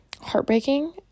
heartbreaking